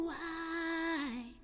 high